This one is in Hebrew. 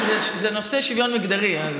וזה בנושא שוויון מגדרי.